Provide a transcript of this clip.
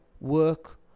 work